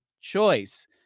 choice